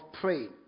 praying